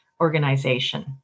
organization